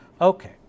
Okay